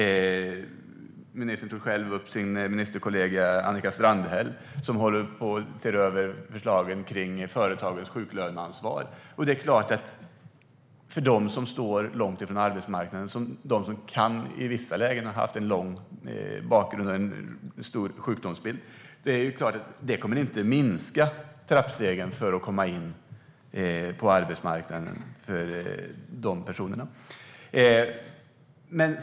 Ministern tog själv upp sin ministerkollega Annika Strandhäll, som håller på att se över företagens sjuklöneansvar. För dem som står långt ifrån arbetsmarknaden och som i vissa fall har en lång sjukdomsperiod bakom sig kommer detta inte att minska trappstegen in på arbetsmarknaden.